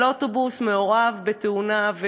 אבל האוטובוס מעורב בתאונה.